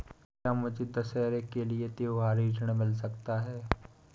क्या मुझे दशहरा के लिए त्योहारी ऋण मिल सकता है?